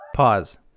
Pause